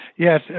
Yes